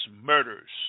murders